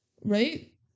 right